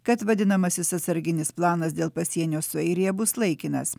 kad vadinamasis atsarginis planas dėl pasienio su airija bus laikinas